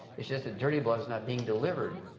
it's just the dirty blood is not being delivered.